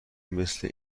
مثل